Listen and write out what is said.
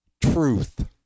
truth